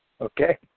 Okay